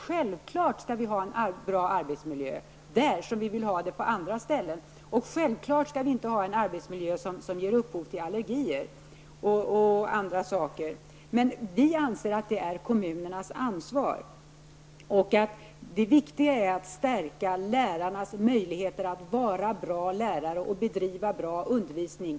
Självfallet skall vi ha en bra arbetsmiljö där precis som på andra ställen, och självfallet skall vi inte ha en arbetsmiljö som ger upphov till exempelvis allergier. Vi anser att detta är kommunernas ansvar och att det viktiga är att stärka lärarnas möjligheter att vara bra lärare och bedriva bra undervisning.